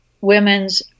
Women's